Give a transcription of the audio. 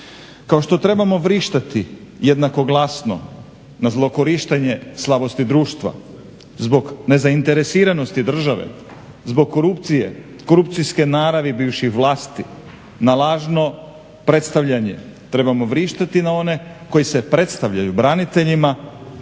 Kao što trebamo vrištati jednako glasno na zlokorištenje slabosti društva, zbog nezainteresiranosti države, zbog korupcije, korupcijske naravi bivših vlasti na lažno predstavljane, trebamo vrištati na one koji se predstavljaju braniteljima,